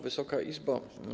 Wysoka Izbo!